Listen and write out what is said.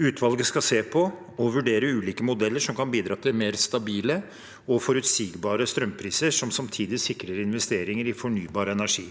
Utvalget skal se på og vurdere ulike modeller som kan bidra til mer stabile og forutsigbare strømpriser, og som samtidig sikrer investeringer i fornybar energi.